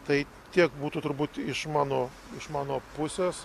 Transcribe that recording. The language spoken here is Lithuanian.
tai tiek būtų turbūt iš mano iš mano pusės